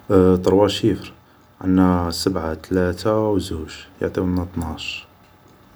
طروا شيفر ، عندنا سبعة تلات و زوج يعطيونا طناش